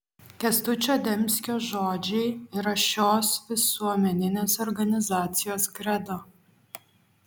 kęstučio demskio žodžiai yra šios visuomeninės organizacijos kredo